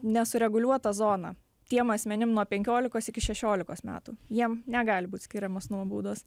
nesureguliuotą zoną tiem asmenim nuo penkiolikos iki šešiolikos metų jiem negali būti skiriamos nuobaudos